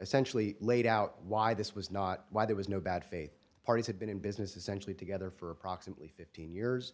essentially laid out why this was not why there was no bad faith parties had been in business essentially together for approximately fifteen years